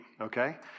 okay